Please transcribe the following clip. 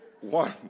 One